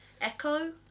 echo